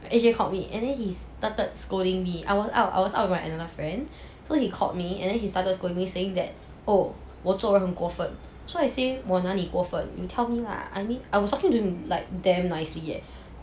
A_J called me and then he started scolding me I was out I was out with my another friend so he called me and then he started scolding me saying that oh 我做很过分 so I say more 那里过分 you tell me lah I mean I was talking to like damn nicely leh